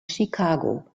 chicago